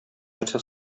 нәрсә